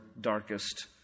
darkest